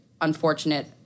unfortunate